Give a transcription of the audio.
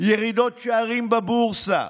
ירידות שערים בבורסה,